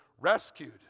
rescued